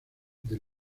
del